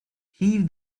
heave